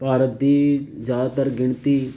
ਭਾਰਤ ਦੀ ਜ਼ਿਆਦਾਤਰ ਗਿਣਤੀ